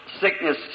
sickness